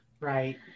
right